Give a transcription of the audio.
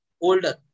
older